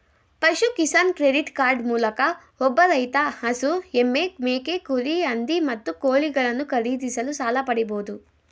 ಪಶು Kisan credit card ಮೂಲಕ ಒಬ್ಬ ರೈತ ಹಸು ಎಮ್ಮೆ ಮೇಕೆ ಕುರಿ ಹಂದಿ ಮತ್ತು ಕೋಳಿಗಳನ್ನು ಖರೀದಿಸಲು ಸಾಲ ಪಡಿಬೋದು